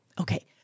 Okay